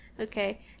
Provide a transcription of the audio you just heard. Okay